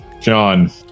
John